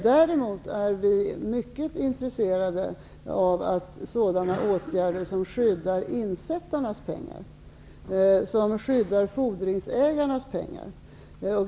Däremot är vi mycket intresserade av sådana åtgärder som skyddar insättarnas och fordringsägarnas pengar.